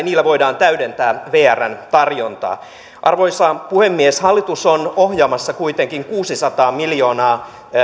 niillä voidaan täydentää vrn tarjontaa arvoisa puhemies hallitus on ohjaamassa kuitenkin kuusisataa miljoonaa